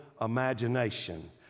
imagination